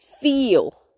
feel